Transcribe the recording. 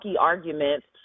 arguments